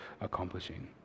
accomplishing